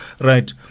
right